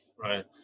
Right